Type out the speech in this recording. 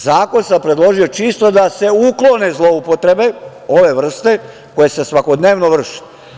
Zakon sam predložio čisto da se uklone zloupotrebe ove vrste koje se svakodnevno vrše.